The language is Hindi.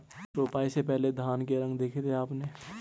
रोपाई से पहले धान के रंग देखे थे आपने?